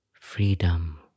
Freedom